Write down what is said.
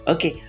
Okay